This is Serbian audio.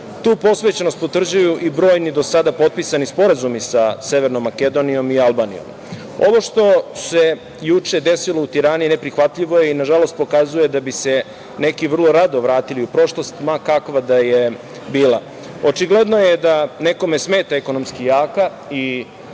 Tu posvećenost utvrđuju i brojni do sada potpisani sporazumi sa Severnom Makedonijom i Albanijom. Ovo što se juče desilo u Tirani neprihvatljivo je i nažalost pokazuje da bi se neki vrlo rado vratili u prošlost ma kakva da je bila. Očigledno je da nekome smeta ekonomski jaka i